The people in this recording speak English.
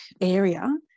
area